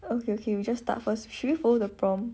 okay okay we just start first should we follow the prompt